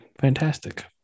Fantastic